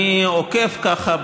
אני עוקב ככה,